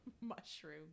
mushroom